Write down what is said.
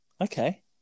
Okay